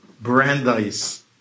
Brandeis